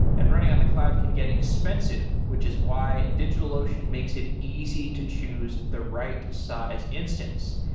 and running on the cloud can get expensive, which is why digitalocean makes it easy to choose the right size instance.